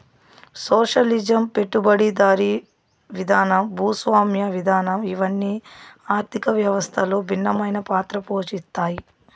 socialism పెట్టుబడిదారీ విధానం భూస్వామ్య విధానం ఇవన్ని ఆర్థిక వ్యవస్థలో భిన్నమైన పాత్ర పోషిత్తాయి